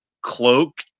cloak